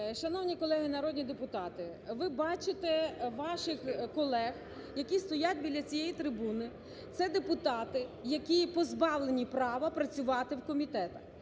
Шановні колеги народні депутати! Ви бачите ваших колег, які стоять біля цієї трибуни. Це депутати, які позбавлені права працювати в комітетах.